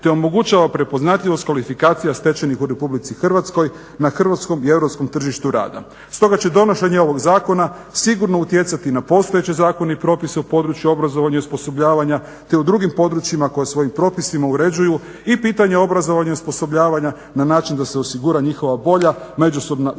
te omogućava prepoznatljivost kvalifikacija stečenih u Republici Hrvatskoj na hrvatskom i europskom tržištu rada. Stoga će donošenje ovog zakona sigurno utjecati na postojeće zakone i propise u području obrazovanja i osposobljavanja te u drugim područjima koja svojim propisima uređuju i pitanje obrazovanja i osposobljavanja na način da se osigura njihova bolja međusobna usklađenost.